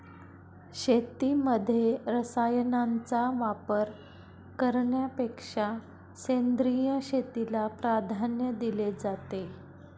शेतीमध्ये रसायनांचा वापर करण्यापेक्षा सेंद्रिय शेतीला प्राधान्य दिले जाते